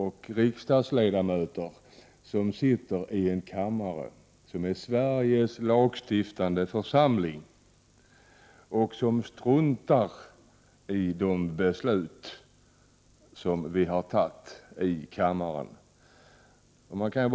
Det är anmärkningsvärt att riksdagsledamöter som är medlemmar i Sveriges lagstiftande församling struntar i de beslut som fattats i denna kammare. Herr talman!